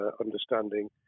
understanding